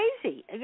crazy